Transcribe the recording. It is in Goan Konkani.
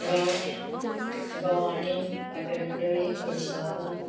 गांवण्या गवाणें पाटणतळी खडपाबान